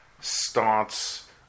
starts